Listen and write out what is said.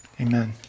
amen